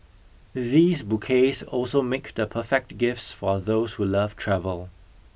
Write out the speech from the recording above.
these bouquets also make the perfect gifts for those who love travel